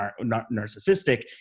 narcissistic